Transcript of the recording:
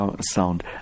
sound